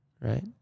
right